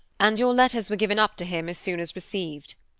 and your letters were given up to him as soon as received.